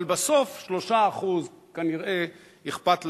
אבל בסוף, 3% כנראה אכפת להם,